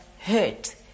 hurt